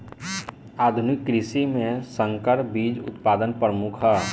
आधुनिक कृषि में संकर बीज उत्पादन प्रमुख ह